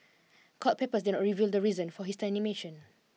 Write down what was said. court papers did not reveal the reason for his termination